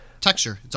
Texture